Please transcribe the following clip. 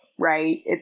Right